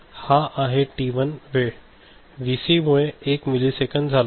हा टी 1 वेळ व्हीसी मुळे 1 मिलिसेकंद झाला